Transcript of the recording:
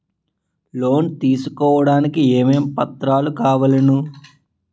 Loan తీసుకోడానికి ఏమేం పత్రాలు కావలెను?